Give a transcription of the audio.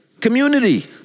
community